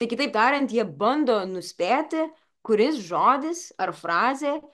tai kitaip tariant jie bando nuspėti kuris žodis ar frazė